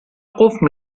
قفل